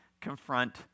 confront